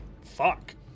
fuck